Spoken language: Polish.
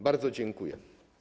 Bardzo dziękuję.